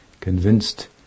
Convinced